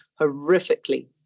horrifically